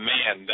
Man